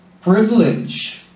privilege